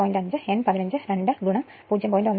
5 N15 2 0